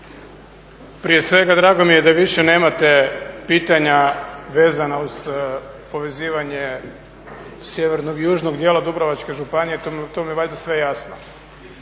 Prije svega drago mi je da više nemate pitanja vezana uz povezivanje sjevernog i južnog dijela Dubrovačke županije. To vam je valjda sve jasno